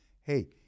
hey